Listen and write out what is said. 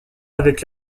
avec